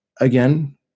again